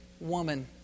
woman